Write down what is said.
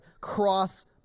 cross-